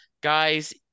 guys